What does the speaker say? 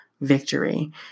victory